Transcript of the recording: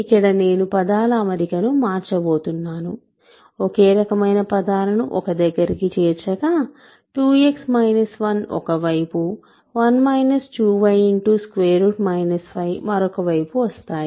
ఇక్కడ నేను పదాల అమరికను మార్చబోతున్నాను ఒకే రకమైన పదాలను ఒక దగ్గరికి చేర్చగా 2x 1 ఒకవైపు 5మరొక వైపు వస్తాయి